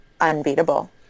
unbeatable